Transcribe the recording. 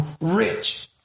rich